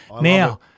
Now